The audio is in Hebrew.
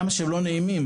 כמה שהם לא נעימים,